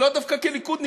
לאו דווקא כליכודניקים,